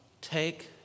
take